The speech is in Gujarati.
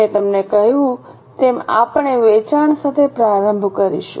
મેં તમને કહ્યું તેમ આપણે વેચાણ સાથે પ્રારંભ કરીશું